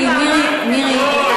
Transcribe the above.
מירי,